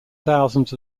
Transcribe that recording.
thousands